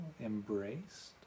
embraced